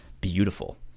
beautiful